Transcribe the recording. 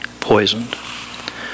poisoned